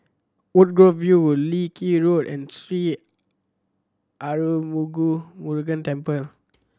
Woodgrove View Leng Kee Road and Sri Arulmigu Murugan Temple